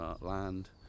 land